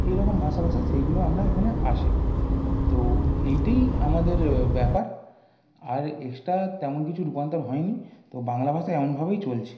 এরকম ভাষা ভাষা সেইগুলো আমরা এখানে আসে তো এইটাই আমাদের ব্যাপার আর এক্সট্রা তেমন কিছু রূপান্তর হয়নি তো বাংলা ভাষা এমনভাবেই চলছে